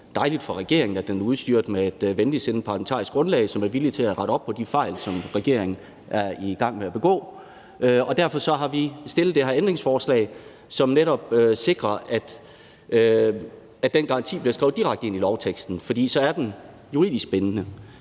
dejligt for regeringen, at den er udstyret med et venligsindet parlamentarisk grundlag, som er villig til at rette op på de fejl, som regeringen er i gang med at begå. Derfor har vi stillet det her ændringsforslag, som netop sikrer, at den garanti bliver skrevet direkte ind i lovteksten, for så er den juridisk bindende.